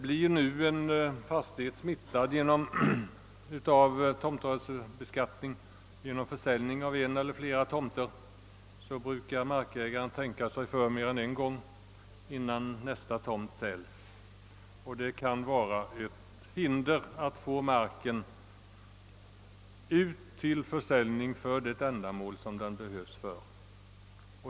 Blir nu en fastighet »smittad» av tomtrörelsebeskattning genom försäljning av en eller flera tomter, brukar markägaren tänka sig för mer än en gång innan nästa tomt säljs, och det kan vara ett hinder mot att få marken försåld för ett ändamål vartill den behövs.